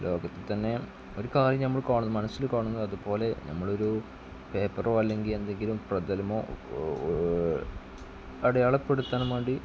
ലോകത്തിൽത്തന്നെ ഒരു കാര്യം നമ്മൾ മനസ്സില് കാണുന്നത് അത്പോലെ നമ്മൾ ഒരു പേപ്പറോ അല്ലെങ്കില് ഏതെങ്കിലും പ്രതലമോ അടയാളപ്പെടുത്താനും വേണ്ടി